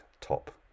top